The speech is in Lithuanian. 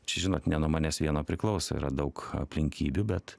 čia žinot ne nuo manęs vieno priklauso yra daug aplinkybių bet